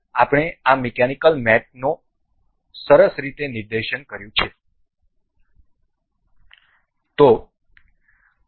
અમે આ મિકેનિકલ મેટઓને સરસ રીતે નિદર્શન કર્યું છે